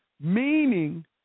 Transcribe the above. meaning